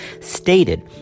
stated